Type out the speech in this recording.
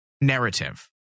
narrative